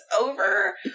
over